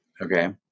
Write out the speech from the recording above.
Okay